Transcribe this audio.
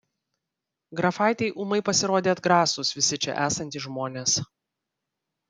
grafaitei ūmai pasirodė atgrasūs visi čia esantys žmonės